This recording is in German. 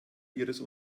ihres